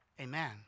Amen